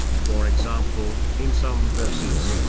for example, in some verses,